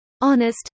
Honest